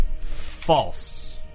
False